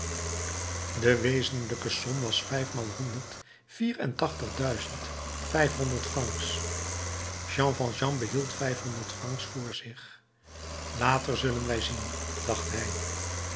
de wezenlijke som was vijfmaal honderd vier en tachtig duizend vijf honderd francs jean valjean behield vijfhonderd francs voor zich later zullen wij zien dacht hij